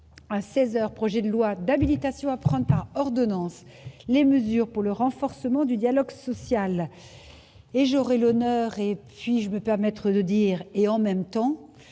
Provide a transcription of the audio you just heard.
à 16 heures projet de loi d'habilitation à prendre par ordonnance les mesures pour le renforcement du dialogue social et j'aurai l'honneur et puis-je me permettre de dire et en même temps,